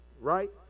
right